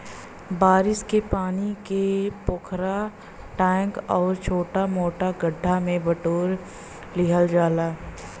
बारिश के पानी के पोखरा, टैंक आउर छोटा मोटा गढ्ढा में बटोर लिहल जाला